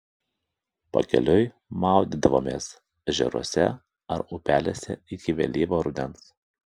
pakeliui maudydavomės ežeruose ar upelėse iki vėlyvo rudens